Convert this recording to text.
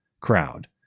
crowd